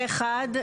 פה אחד?